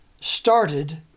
started